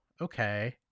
okay